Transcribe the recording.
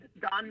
Don